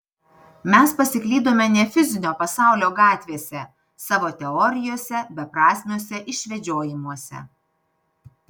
mes pasiklydome ne fizinio pasaulio gatvėse savo teorijose beprasmiuose išvedžiojimuose